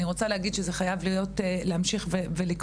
אני רוצה להגיד שזה חייב להמשיך ולקרות.